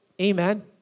Amen